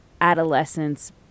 adolescence